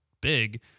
Big